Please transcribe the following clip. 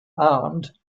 armed